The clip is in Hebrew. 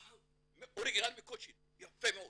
אורגינל מקוצ'ין יפה מאוד.